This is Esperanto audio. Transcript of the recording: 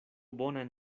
bonan